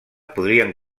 podrien